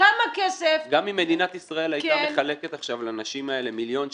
--- גם אם מדינת ישראל היתה מחלקת לנשים האלה עכשיו מיליון שקל,